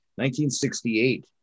1968